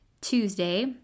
Tuesday